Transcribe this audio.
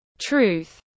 truth